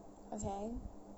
okay